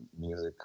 music